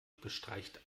bestreicht